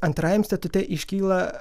antrajam statute iškyla